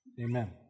Amen